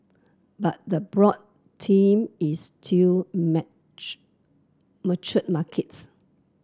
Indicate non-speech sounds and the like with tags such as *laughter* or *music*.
but the broad theme is still *unintelligible* mature markets